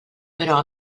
però